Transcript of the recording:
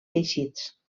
teixits